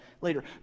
later